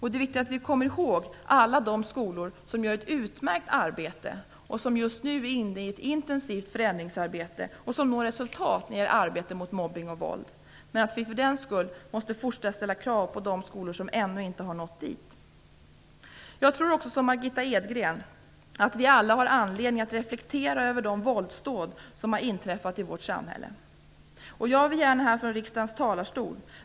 Det är viktigt att vi kommer ihåg alla skolor som gör ett utmärkt arbete och som just nu är inne i ett intensivt förändringsarbete och når resultat när det gäller arbetet mot mobbning och våld. Men för den skull måste vi fortsatt ställa krav på de skolor som ännu inte nått dit. Jag tror, liksom Margitta Edgren, att vi alla har anledning att reflektera över de våldsdåd som har inträffat i vårt samhälle.